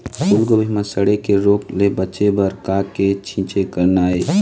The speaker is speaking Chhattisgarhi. फूलगोभी म सड़े के रोग ले बचे बर का के छींचे करना ये?